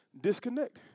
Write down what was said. disconnect